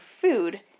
food